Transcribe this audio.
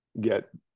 get